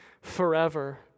forever